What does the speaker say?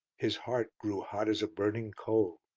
his heart grew hot as a burning coal,